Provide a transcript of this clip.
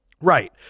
Right